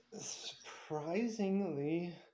Surprisingly